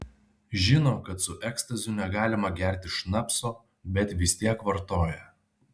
žino kad su ekstaziu negalima gerti šnapso bet vis tiek vartoja